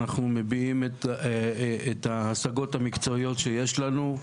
אנחנו מביעים את ההשגות המקצועיות שיש לנו,